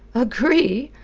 agree?